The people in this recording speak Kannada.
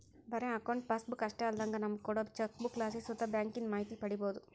ಬರೇ ಅಕೌಂಟ್ ಪಾಸ್ಬುಕ್ ಅಷ್ಟೇ ಅಲ್ದಂಗ ನಮುಗ ಕೋಡೋ ಚೆಕ್ಬುಕ್ಲಾಸಿ ಸುತ ಬ್ಯಾಂಕಿಂದು ಮಾಹಿತಿ ಪಡೀಬೋದು